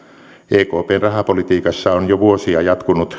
ekpn rahapolitiikassa on jo vuosia jatkunut